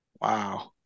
Wow